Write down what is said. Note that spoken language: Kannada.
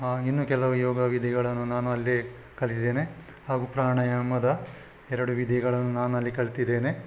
ಇನ್ನೂ ಕೆಲವು ಯೋಗ ವಿಧಿಗಳನ್ನು ನಾನು ಅಲ್ಲಿ ಕಲ್ತಿದ್ದೇನೆ ಹಾಗೂ ಪ್ರಾಣಾಯಾಮದ ಎರಡು ವಿಧಿಗಳನ್ನು ನಾನಲ್ಲಿ ಕಲ್ತಿದ್ದೇನೆ